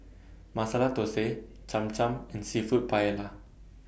Masala Dosa Cham Cham and Seafood Paella